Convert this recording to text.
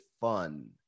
fun